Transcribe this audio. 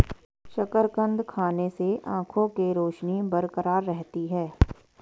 शकरकंद खाने से आंखों के रोशनी बरकरार रहती है